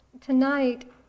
Tonight